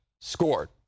scored